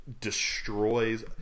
destroys